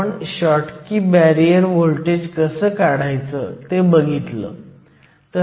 एक विशिष्ट कारण म्हणजे तुमचे लागू केलेले व्होल्टेज खूपच लहान आहे ते फक्त 0